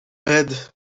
ahead